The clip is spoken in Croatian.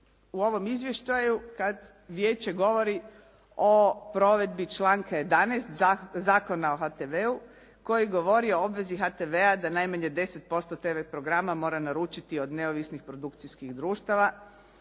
u ovom izvještaju kad vijeće govori o provedbi članka 11. Zakona o HTV-u koji govori o obvezi HTV-a da najmanje 10% tv programa mora naručiti od neovisnih produkcijskih društava